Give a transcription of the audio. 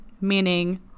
meaning